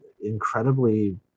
incredibly